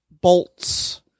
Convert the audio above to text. bolts